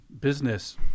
business